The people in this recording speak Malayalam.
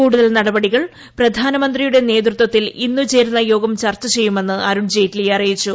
കൂടുതൽ നടപടികൾ പ്രധാനമന്ത്രിയുടെ നേതൃത്വത്തിൽ ഇന്ന് ചേരുന്ന യോഗം ചർച്ച ചെയ്യുമെന്ന് അരുൺ ജയ്റ്റ്ലി അറിയിച്ചു